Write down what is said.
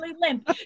limp